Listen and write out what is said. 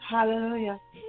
Hallelujah